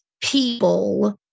people